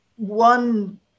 one